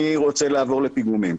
אני רוצה לעבור לפיגומים.